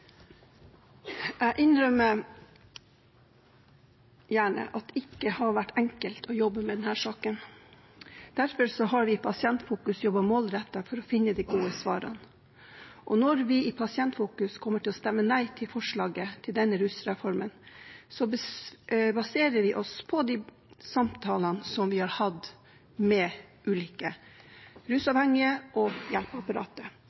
for å finne de gode svarene. Når vi i Pasientfokus kommer til å stemme nei til forslaget til denne rusreformen, baserer vi oss på de samtalene som vi har hatt med ulike rusavhengige og hjelpeapparatet.